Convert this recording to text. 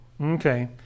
okay